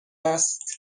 است